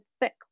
thick